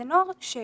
זה נוער שהוא